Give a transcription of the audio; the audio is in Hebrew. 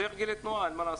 זה הרגלי הנהיגה, אין מה לעשות.